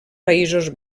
països